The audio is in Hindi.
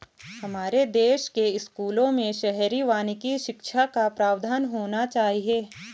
हमारे देश के स्कूलों में शहरी वानिकी शिक्षा का प्रावधान होना चाहिए